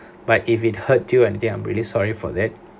but if it hurt you and I think I really sorry for it